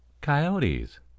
coyotes